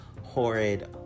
horrid